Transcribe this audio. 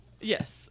Yes